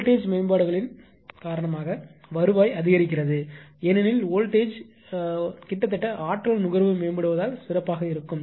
voltage மேம்பாடுகளின் காரணமாக வருவாய் அதிகரிக்கிறது ஏனெனில் வோல்டேஜ் ங்கள் கிட்டத்தட்ட ஆற்றல் நுகர்வு மேம்படுவதால் சிறப்பாக இருக்கும்